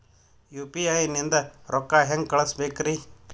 UPI ನಿಂದ ರೊಕ್ಕ ಹೆಂಗ ಕಳಸಬೇಕ್ರಿ?